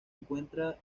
encuentra